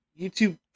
YouTube